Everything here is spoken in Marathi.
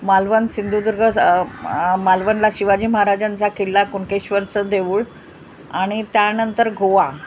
मा मालवन सिंधुदुर्ग मालवनला शिवाजी महाराजांचा किल्ला कुनकेश्वरचं देऊळ आणि त्याणंतर गोवा